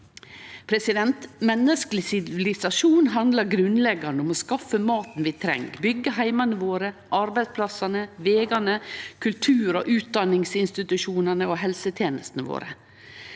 er. Menneskeleg sivilisasjon handlar grunnleggjande om å skaffe maten vi treng, byggje heimane våre, arbeidsplassane, vegane, kultur- og utdanningsinstitusjonane og helsetenestene våre.